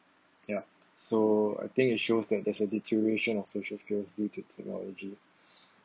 ya so I think it shows that there's a deterioration of social skills due to technology